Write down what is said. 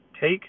Take